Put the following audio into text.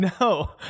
No